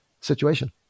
situation